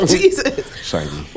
Jesus